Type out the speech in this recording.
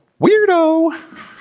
weirdo